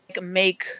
make